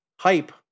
Hype